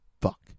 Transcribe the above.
fuck